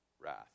wrath